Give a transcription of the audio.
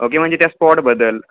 okay म्हणजे त्या स्पॉटबद्दल